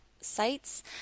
sites